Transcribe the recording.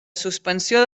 suspensió